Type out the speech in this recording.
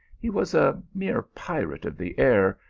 he was a mere pirate of the air,